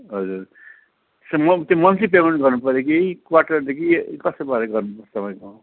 हजुर त्यो monthly monthly payment गर्नु पऱ्यो कि क्वाटरली कि कस्तो पाराले गर्नु पर्छ तपाईँको